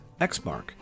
Xmark